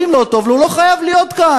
ואם לא טוב לו הוא לא חייב להיות כאן,